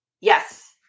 Yes